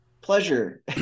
pleasure